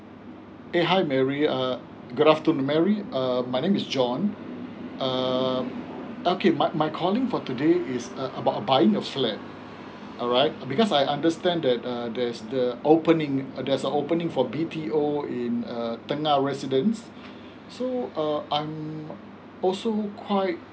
eh hi mary uh good afternoon mary uh my name is john um okay my my calling for today is about buying a flat alright because I understand that uh there's the opening there is a opening for B_T_O in uh tengah residents so uh I'm also quite